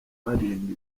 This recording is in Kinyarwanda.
barinda